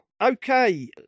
okay